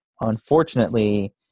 unfortunately